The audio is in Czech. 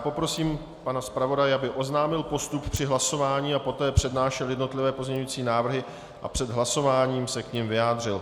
Poprosím pana zpravodaje, aby oznámil postup při hlasování a poté přednášel jednotlivé pozměňovací návrhy a před hlasováním se k nim vyjádřil.